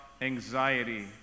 anxiety